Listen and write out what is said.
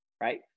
right